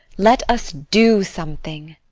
let us do something!